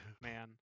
Man